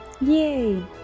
Yay